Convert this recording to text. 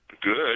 good